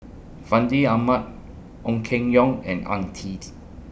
Fandi Ahmad Ong Keng Yong and Ang Tee